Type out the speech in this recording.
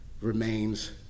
remains